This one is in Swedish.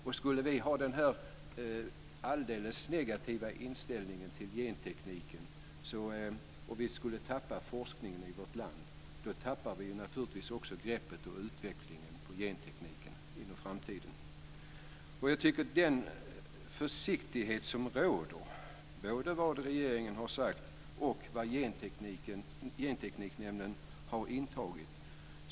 Om vi skulle ha den här negativa inställningen till gentekniken och tappa forskningen i vårt land, tappar vi naturligtvis också greppet över utvecklingen av gentekniken i framtiden. Jag tycker att den försiktighet som råder är betryggande. Det gäller både det som regeringen har sagt och den hållning som Gentekniknämnden har intagit.